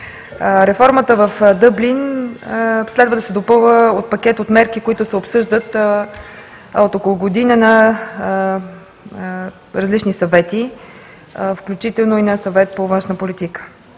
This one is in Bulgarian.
Реформата в Дъблин следва да се допълва от пакет от мерки, които се обсъждат от около година на различни съвети, включително и на Съвета по външна политика,